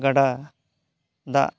ᱜᱟᱰᱟ ᱫᱟᱜ